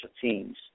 teams